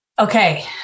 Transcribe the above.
Okay